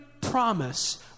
promise